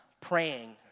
praying